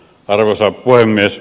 arvoisa puhemies